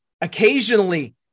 Occasionally